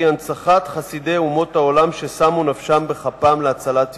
היא הנצחת חסידי אומות עולם ששמו נפשם בכפם להצלת יהודים.